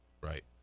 right